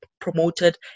promoted